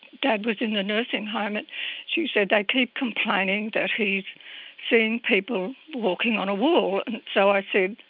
dad was in a nursing home and she said they keep complaining that he seeing people walking on a wall. and so i said,